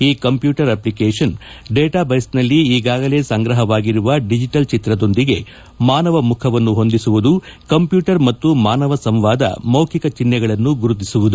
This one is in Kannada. ಈ ಕಂಪ್ಲೂಟರ್ ಅಷ್ಟಿಕೇಷನ್ ಡೇಟಾ ಬೇಸ್ನಲ್ಲಿ ಈಗಾಗಲೇ ಸಂಗ್ರಹವಾಗಿರುವ ಡಿಜೆಟಲ್ ಚಿತ್ರದೊಂದಿಗೆ ಮಾನವ ಮುಖವನ್ನು ಹೊಂದಿಸುವುದು ಕಂಪ್ಲೂಟರ್ ಮತ್ತು ಮಾನವ ಸಂವಾದ ಮೌಖಿಕ ಚಿಹೈಗಳನ್ನು ಗುರುತಿಸುವುದು